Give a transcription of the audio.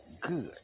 good